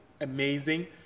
amazing